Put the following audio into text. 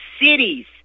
cities